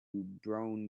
brown